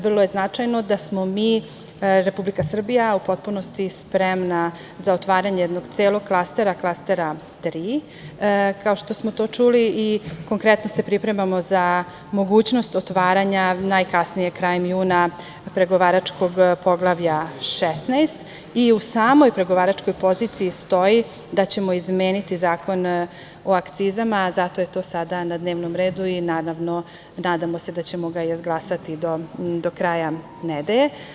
Vrlo je značajno da smo mi, Republika Srbija u potpunosti spremna za otvaranje jednog celog klastera, klastera 3, kao što smo to čuli i konkretno se pripremamo za mogućnost otvaranja, najkasnije krajem juna, pregovaračkog Poglavlja 16 i u samoj pregovaračkoj poziciji stoji da ćemo izmeniti Zakon o akcizama, zato je to sada na dnevnom redu i naravno nadamo se da ćemo ga izglasati do kraja nedelje.